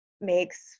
makes